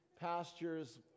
pastures